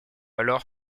alors